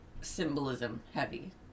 symbolism-heavy